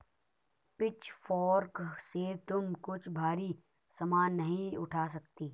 pitchfork से तुम कुछ भारी सामान नहीं उठा सकती